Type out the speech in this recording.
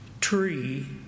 tree